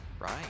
Right